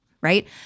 right